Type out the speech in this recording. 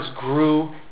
grew